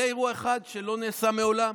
זה אירוע אחד, שלא נעשה מעולם.